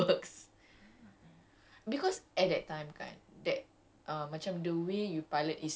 that's not how that's not how this works that's not how any of this works